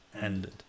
ended